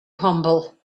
humble